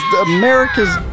America's